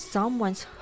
Someone's